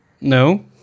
No